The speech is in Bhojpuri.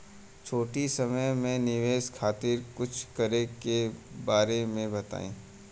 छोटी समय के निवेश खातिर कुछ करे के बारे मे बताव?